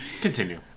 Continue